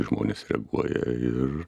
žmonės reaguoja ir